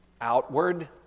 outward